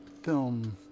film